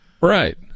right